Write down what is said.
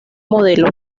modelo